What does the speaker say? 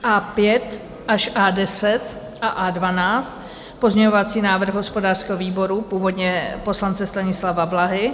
A5 až A10 a A12, pozměňovací návrh hospodářského výboru, původně poslance Stanislava Blahy.